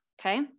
Okay